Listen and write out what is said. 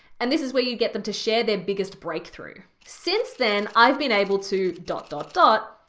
and this is where you get them to share their biggest breakthrough. since then i've been able to dot dot dot.